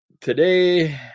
Today